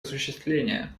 осуществления